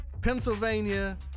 Pennsylvania